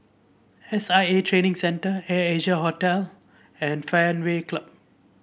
S I A Training Centre Asia Hotel and Fairway Club